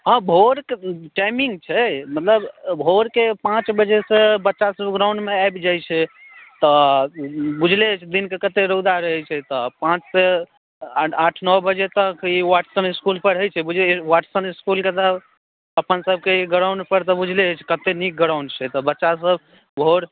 हॅं भोर कए तँ टाइमिंग छै मतलब भोर कए पाँच बजेसॅं बच्चासब गराउण्डमे आबि जाइ छै तँ बुझले अछि जे दिन कए कते रौदा रहै छै तँ पाँच सॅं आठ नओ बजे तक ई वाटसन इसकूल पर होइ छै बुझलियै वाटसन इसकूलके तँ अपन सबके गराउण्ड पर तँ बुझले अछि जे कते नीक गराउण्ड छै तँ बच्चासब भोर